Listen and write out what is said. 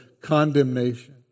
condemnation